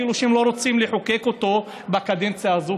כאילו שהם לא רוצים לחוקק אותו בקדנציה הזאת.